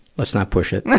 let's not push it.